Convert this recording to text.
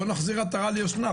בוא נחזיר עטרה ליושנה.